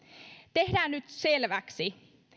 tehdään nyt selväksi